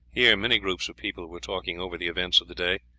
here many groups of people were talking over the events of the day.